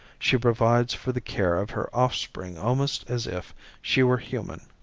she provides for the care of her offspring almost as if she were human.